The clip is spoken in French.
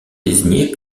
désignés